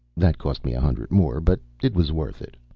that cost me a hundred more, but it was worth it.